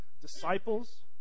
disciples